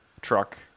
truck